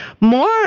more